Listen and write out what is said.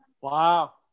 Wow